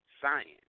science